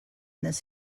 this